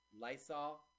Lysol